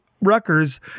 Rutgers